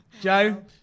Joe